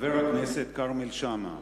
חבר הכנסת כרמל שאמה,